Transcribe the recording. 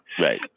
Right